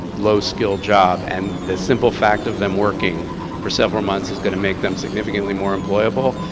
low skill job, and the simple fact of them working for several months is gonna make them significantly more employable.